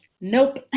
nope